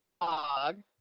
dog